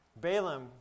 Balaam